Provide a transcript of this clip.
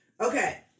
Okay